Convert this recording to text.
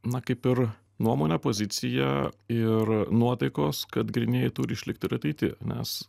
na kaip ir nuomonė pozicija ir nuotaikos kad grynieji turi išlikt ir ateity nes